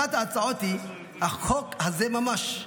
אחת ההצעות היא החוק הזה ממש,